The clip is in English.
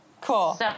cool